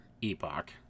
epoch